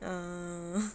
ah